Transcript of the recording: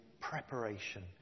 preparation